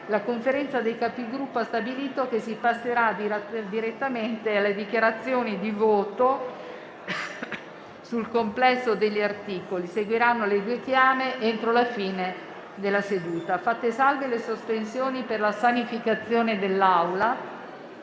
la Conferenza dei Capigruppo ha stabilito che si passerà direttamente alle dichiarazioni di voto sul complesso degli articoli; seguiranno le due chiame entro la fine della seduta. Fatte salve le sospensioni per la sanificazione dell'Aula,